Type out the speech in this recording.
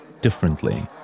differently